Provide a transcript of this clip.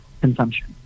consumption